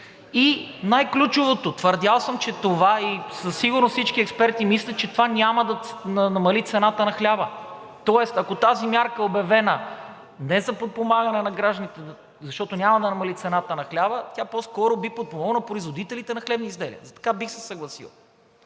И най-ключовото – твърдял съм, и със сигурност всички експерти мислят, че това няма да намали цената на хляба, тоест ако тази мярка е обявена не за подпомагане на гражданите, защото няма да намали цената на хляба, тя по-скоро би подпомогнала производителите на хлебни изделия. Така бих се съгласил.